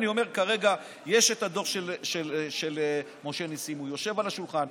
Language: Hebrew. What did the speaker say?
כרגע יש הדוח של משה ניסים, הוא יושב על השולחן.